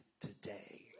today